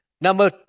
Number